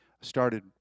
started